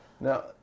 Now